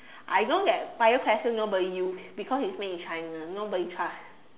I don't get bioessence nobody use because it's made in China nobody trust